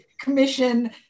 Commission